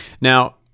Now